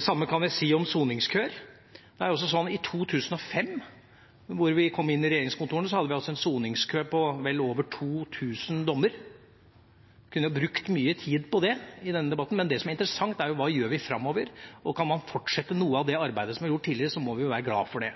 samme kan vi si om soningskøer: Da vi kom inn i regjeringskontorene i 2005, hadde vi en soningskø på vel over 2 000 dommer. Vi kunne brukt mye tid på det i denne debatten, men det som er interessant er: Hva gjør vi framover? Kan man fortsette noe av det arbeidet som er gjort tidligere, så må vi være glad for det.